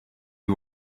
you